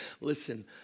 Listen